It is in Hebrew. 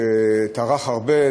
שטרח הרבה,